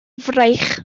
fraich